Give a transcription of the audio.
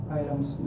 items